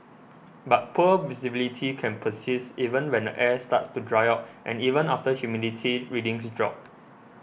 but poor visibility can persist even when the air starts to dry out and even after humidity readings drop